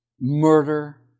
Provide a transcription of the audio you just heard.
murder